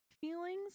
feelings